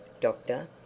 doctor